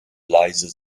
leise